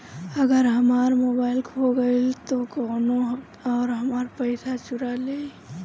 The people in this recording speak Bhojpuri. अगर हमार मोबइल खो गईल तो कौनो और हमार पइसा चुरा लेइ?